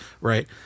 right